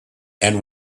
and